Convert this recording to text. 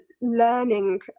learning